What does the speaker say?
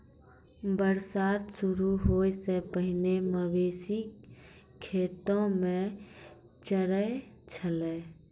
बरसात शुरू होय सें पहिने मवेशी खेतो म चरय छलै